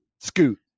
Scoot